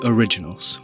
Originals